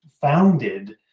founded